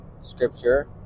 scripture